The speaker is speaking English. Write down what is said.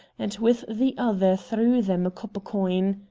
and with the other threw them a copper coin.